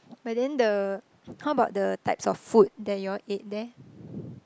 but then the how about the types of food that you all ate there